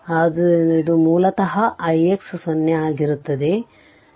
ಆದ್ದರಿಂದ ಇದು ಮೂಲತಃ ix '0 ಆಗಿರುತ್ತದೆ